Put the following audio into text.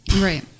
Right